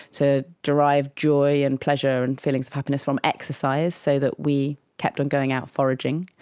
to derive joy and pleasure and feelings of happiness from exercise so that we kept on going out foraging.